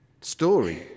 story